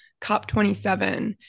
COP27